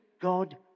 God